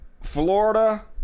Florida